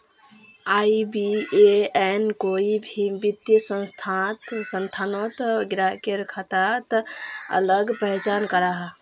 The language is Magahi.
आई.बी.ए.एन कोई भी वित्तिय संस्थानोत ग्राह्केर खाताक अलग पहचान कराहा